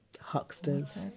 Hucksters